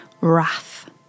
Wrath